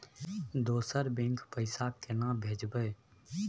दोसर बैंक पैसा केना भेजबै?